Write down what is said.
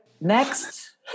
Next